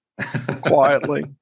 quietly